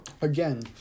again